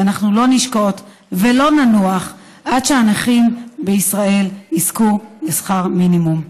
ואנחנו לא נשקוט ולא ננוח עד שהנכים בישראל יזכו לשכר מינימום.